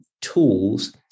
tools